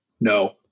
No